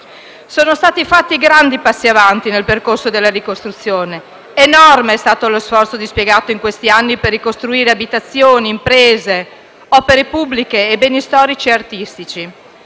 Sono stati fatti grandi passi in avanti nel percorso della ricostruzione ed enorme è stato lo sforzo dispiegato in questi anni per ricostruire abitazioni, imprese, opere pubbliche e beni storici e artistici.